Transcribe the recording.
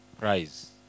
prize